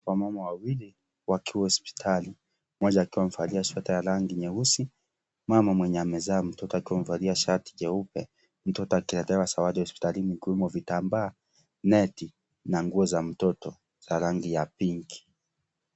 Wamama wawili wakiwa hospitali mmoja akiwa amevalia sweta ya rangi nyeusi mama mwenye amezaa mtoto akiwa amevalia shati jeupe mtoto akiletewa zawadi hospitalini ikiwemo vitambaa , neti na nguo za mtoto za rangi ya pink .